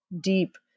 deep